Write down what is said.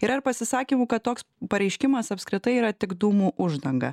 yra pasisakymų kad toks pareiškimas apskritai yra tik dūmų uždanga